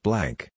Blank